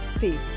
Peace